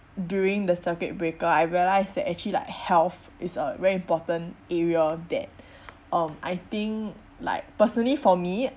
during the circuit breaker I realise that actually like health is a very important area that um I think like personally for me